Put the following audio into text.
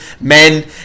men